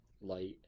light